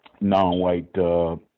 non-white